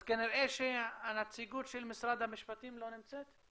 אז כנראה שהנציגות של משרד המשפטים לא נמצאת?